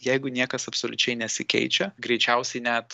jeigu niekas absoliučiai nesikeičia greičiausiai net